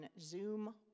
Zoom